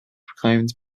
proclaimed